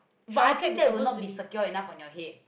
but I think that would not be secure enough on your head